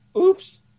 oops